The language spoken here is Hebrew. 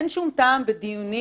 אין שום טעם בדיונים,